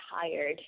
tired